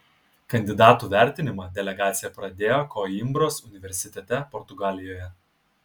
kandidatų vertinimą delegacija pradėjo koimbros universitete portugalijoje